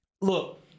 look